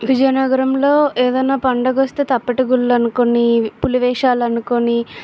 విజయనగరంలో ఏదన్నా పండుగ వస్తే తప్పెట గుళ్ళు అనుకొని పులి వేషాలు అనుకొని